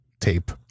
Tape